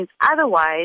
Otherwise